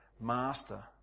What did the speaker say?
Master